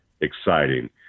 exciting